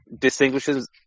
distinguishes